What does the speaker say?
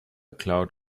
cloud